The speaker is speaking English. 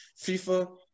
FIFA